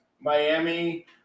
Miami